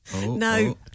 No